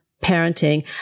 Parenting